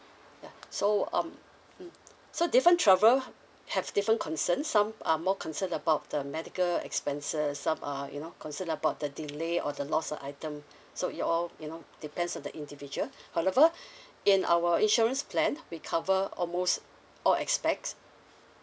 ya so um mm so different traveller have different concerns some are more concerned about the medical expenses some are you know concerned about the delay or the lost of item so your all you know depends on the individual however in our insurance plan we cover almost all aspects